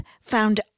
found